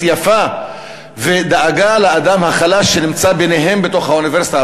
יפה ודאגה לאדם החלש שנמצא ביניהם בתוך האוניברסיטה,